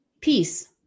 peace